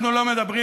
אנחנו לא מדברים,